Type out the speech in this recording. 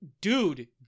dude